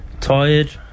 Tired